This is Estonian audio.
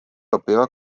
õpivad